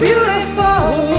Beautiful